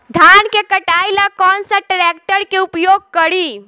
धान के कटाई ला कौन सा ट्रैक्टर के उपयोग करी?